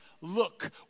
look